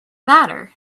matter